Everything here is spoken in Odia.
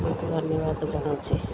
ବହୁତ ଧନ୍ୟବାଦ ଜଣଉଛି